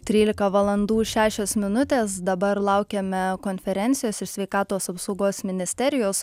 trylika valandų šešios minutės dabar laukiame konferencijos iš sveikatos apsaugos ministerijos